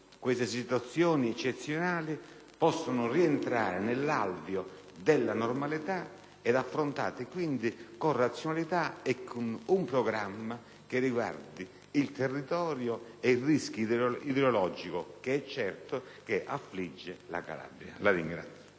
queste situazioni eccezionali possono rientrare nell'alveo della normalità ed essere affrontate, quindi, con razionalità e con un programma che riguardi il territorio ed il rischio idrologico, che sicuramente affligge la Calabria.